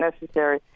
necessary